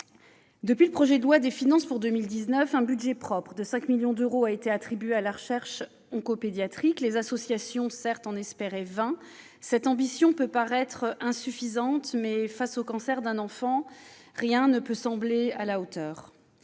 Depuis le projet de loi de finances pour 2019, un budget propre de 5 millions d'euros a été attribué à la recherche oncopédiatrique. Les associations espéraient 20 millions d'euros. Cette ambition peut paraître insuffisante. Mais, face au cancer d'un enfant, rien ne peut sembler à la hauteur.